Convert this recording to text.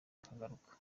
akagaruka